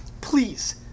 please